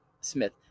Smith